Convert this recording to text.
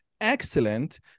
excellent